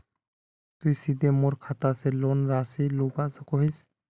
तुई सीधे मोर खाता से लोन राशि लुबा सकोहिस?